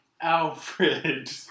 alfred